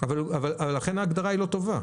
לכן ההגדרה לא טובה.